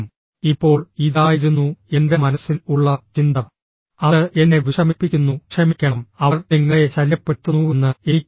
ഇപ്പോൾ ഇതായിരുന്നു എന്റെ മനസ്സിൽ ഉള്ള ചിന്ത അത് എന്നെ വിഷമിപ്പിക്കുന്നു ക്ഷമിക്കണം അവർ നിങ്ങളെ ശല്യപ്പെടുത്തുന്നുവെന്ന് എനിക്കറിയില്ലായിരുന്നു